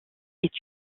est